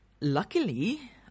luckily